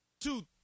two